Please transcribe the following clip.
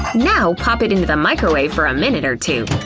now pop it into the microwave for a minute or two.